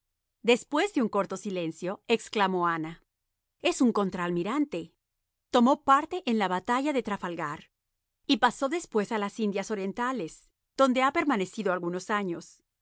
después de un corto silencio exclamó ana es un contralmirante tomó parte en la batalla de trafalgar y pasó después a las indias orientales donde ha permanecido algunos años